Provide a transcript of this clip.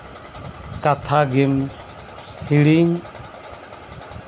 ᱠᱟᱛᱷᱟᱜᱮᱢ ᱦᱤᱲᱤᱧ